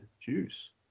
juice